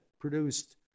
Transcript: produced